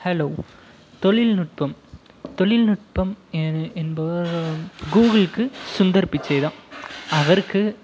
hello தொழில்நுட்பம் தொழில்நுட்பம் எ என்பவர் கூகுள்க்கு சுந்தர் பிச்சை தான் அவருக்கு